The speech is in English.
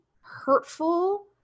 hurtful